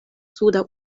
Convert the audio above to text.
suda